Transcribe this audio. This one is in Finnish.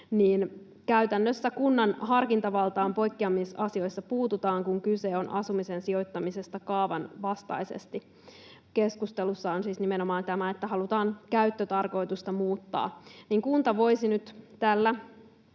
niin käytännössä kunnan harkintavaltaan poikkeamisasioissa puututaan, kun kyse on asumisen sijoittamisesta kaavan vastaisesti — keskustelussa on siis nimenomaan tämä, että halutaan käyttötarkoitusta muuttaa. Kunta voisi nyt tällä